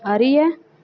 அறிய